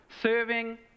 serving